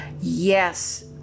Yes